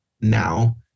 Now